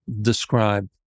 describe